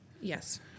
Yes